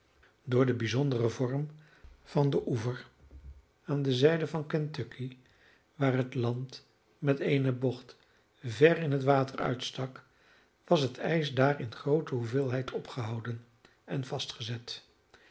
door den bijzonderen vorm van den oever aan de zijde van kentucky waar het land met eene bocht ver in het water uitstak was het ijs daar in groote hoeveelheid opgehouden en vastgezet